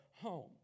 home